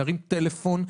ירים טלפון,